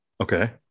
Okay